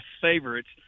favorites